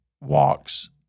walks